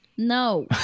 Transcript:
No